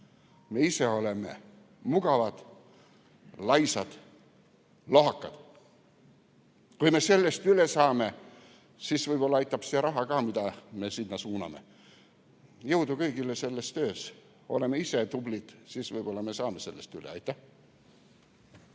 Me ise oleme mugavad, laisad, lohakad. Kui me sellest üle saame, siis võib-olla aitab see raha ka, mida me sinna suuname. Jõudu kõigile selles töös! Oleme ise tublid, siis võib-olla me saame sellest üle. Aitäh!